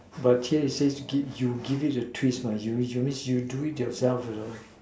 but here it says give you give it a twist lah you you means you do it yourself you know